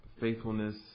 faithfulness